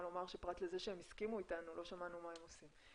לומר שפרט לזה שהם הסכימו איתנו לא שמענו מה הם עושים.